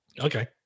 Okay